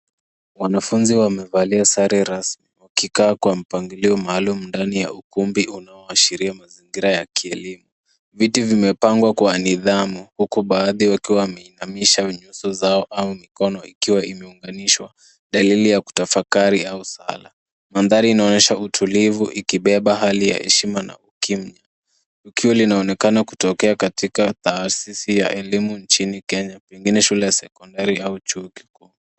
Wanafunzi wamevalia sare rasmi wakikaa kwa mpangilio maalum ndani ya ukumbi unaoashiria mazingira ya kielimu. Viti vimepangwa kwa nidhamu huku baadhi wakiwa wameinamisha nyuso zao au miko ikiwa imeunganishwa dalili ya kutafakari aua sala. Mandhari inaonyesha utulivu ikibeba hali ya heshima na ukimya. Tukio linaonekana kutokea katika taasisi ya elimu nchini Kenya pengine shule ya sekondari au chuo kikuu.